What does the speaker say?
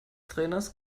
trainers